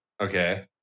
Okay